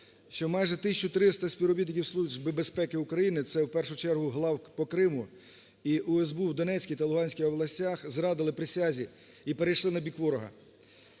що майже 1 тисяча 300 співробітників Служби безпеки України це, в першу чергу, це главк по Криму і СБУ у Донецькій та Луганській областях зрадили присязі, і перейшли на бік ворога.